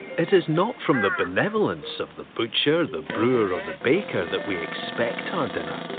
it is not from the benevolence of the butcher, the brewer, or the baker that we expect our dinner,